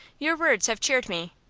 your words have cheered me.